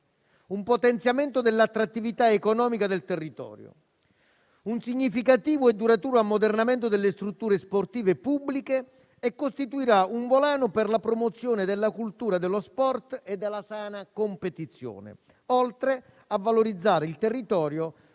un potenziamento dell'attrattività economica del territorio; un significativo e duraturo ammodernamento delle strutture sportive pubbliche e costituirà un volano per la promozione della cultura dello sport e della sana competizione, oltre a valorizzare il territorio